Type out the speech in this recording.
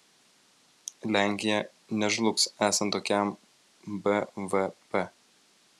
lenkija nežlugs esant tokiam bvp